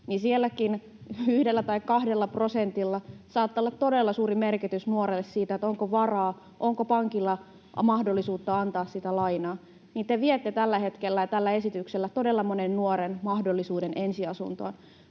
siellä yhdellä tai kahdellakin prosentilla saattaa olla todella suuri merkitys nuorelle siinä, onko varaa, onko pankilla mahdollisuutta antaa sitä lainaa, niin te viette tällä hetkellä ja tällä esityksellä todella monen nuoren mahdollisuuden ensiasuntoon.